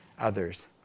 others